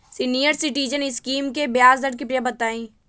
senior citizen scheme के ब्याज दर कृपया बताईं